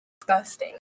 disgusting